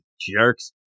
jerks